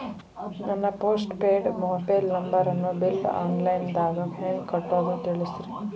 ನನ್ನ post paid mobile ನಂಬರನ್ನು bill online ದಾಗ ಹೆಂಗ್ ಕಟ್ಟೋದು ತಿಳಿಸ್ರಿ